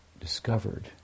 discovered